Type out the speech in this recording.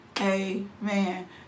amen